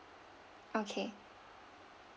okay